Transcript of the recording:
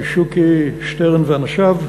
שוקי שטרן ואנשיו,